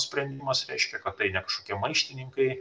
sprendimas reiškia kad tai ne kažkokie maištininkai